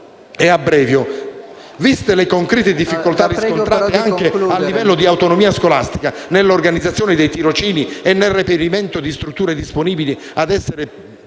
dei tirocini. Viste le concrete difficoltà riscontrate anche a livello di autonomia scolastica, nell'organizzazione dei tirocini e nel reperimento di strutture disponibili a essere